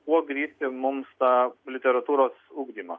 kuo grįsti mums tą literatūros ugdymą